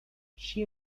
she